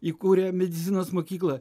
įkūrė medicinos mokyklą